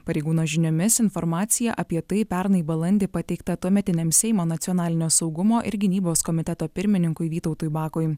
pareigūno žiniomis informacija apie tai pernai balandį pateikta tuometiniam seimo nacionalinio saugumo ir gynybos komiteto pirmininkui vytautui bakui